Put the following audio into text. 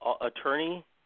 attorney